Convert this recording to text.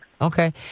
Okay